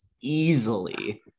easily